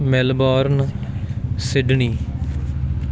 Melbourne Sydney